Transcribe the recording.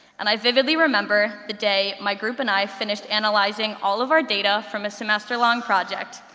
and i vividly remember the day my group and i finished analyzing all of our data from a semester-long project.